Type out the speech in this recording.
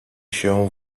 się